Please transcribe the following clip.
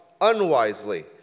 unwisely